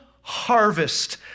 harvest